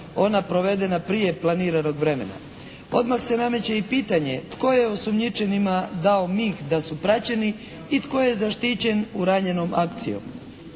ona provedena prije planiranog vremena. Odmah se nameće i pitanje tko je osumnjičenima dao mig da su praćeni i tko je zaštićen uranjenom akcijom.